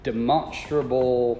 Demonstrable